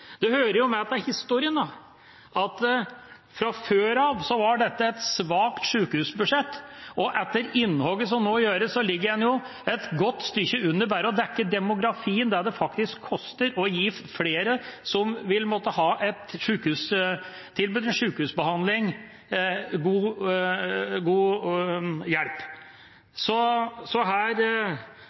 Det hører med til historien at fra før av var dette et svakt sykehusbudsjett. Etter innhogget som nå gjøres, ligger en et godt stykke under bare det å dekke demografien – det det faktisk koster å gi flere som vil måtte ha et sykehustilbud, en sykehusbehandling, god hjelp. Så